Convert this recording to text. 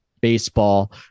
baseball